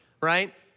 right